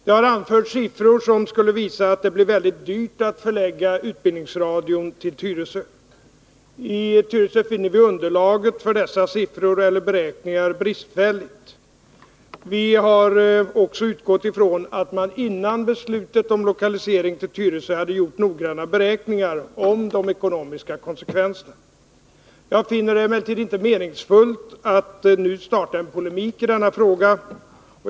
Det har anförts siffror som skulle visa att det blir mycket dyrt att förlägga utbildningsradion till Tyresö. I Tyresö finner vi underlaget för dessa beräkningar bristfälligt. Vi har också utgått från att man innan beslutet om lokalisering till Tyresö fattades hade gjort noggranna beräkningar av de ekonomiska konsekvenserna. Jag finner det emellertid inte meningsfullt att nu starta en polemik i denna fråga.